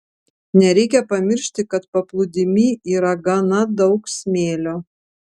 nereikia pamiršti kad paplūdimy yra gana daug smėlio